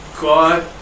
god